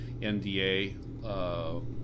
NDA